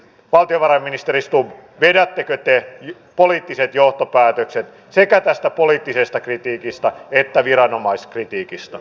valtiovarainministeri stubb vedättekö te poliittiset johtopäätökset sekä tästä poliittisesta kritiikistä että viranomaiskritiikistä